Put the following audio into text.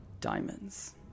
diamonds